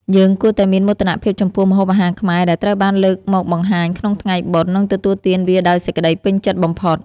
យើងគួរតែមានមោទនភាពចំពោះម្ហូបអាហារខ្មែរ ដែលត្រូវបានលើកមកបង្ហាញក្នុងថ្ងៃបុណ្យ និងទទួលទានវាដោយសេចក្តីពេញចិត្តបំផុត។